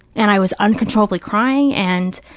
and i was uncontrollably crying and,